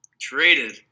traded